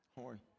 Horn